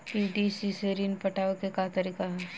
PDC से ऋण पटावे के का तरीका ह?